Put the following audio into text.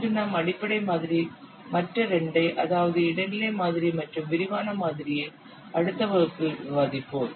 இன்று நாம் அடிப்படை மாதிரி மற்ற இரண்டை அதாவது இடைநிலை மாதிரி மற்றும் விரிவான மாதிரியை அடுத்த வகுப்பில் விவாதிப்போம்